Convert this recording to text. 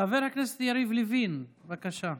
חבר הכנסת יריב לוין, בבקשה.